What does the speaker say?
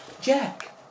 jack